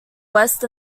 west